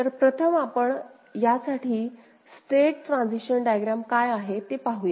तर प्रथम आपण या साठी स्टेट ट्रान्सिशन डायग्रॅम काय आहे ते पाहूया